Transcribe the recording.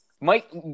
Mike –